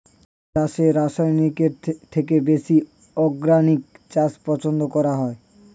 চাষে রাসায়নিকের থেকে বেশি অর্গানিক চাষ পছন্দ করা হয়